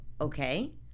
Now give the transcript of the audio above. Okay